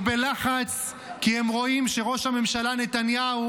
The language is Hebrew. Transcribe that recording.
הוא בלחץ כי הם רואים שראש הממשלה נתניהו